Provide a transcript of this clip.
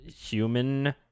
human